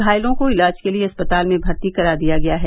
घायलों को इलाज के लिए अस्पताल में भर्ती करा दिया गया है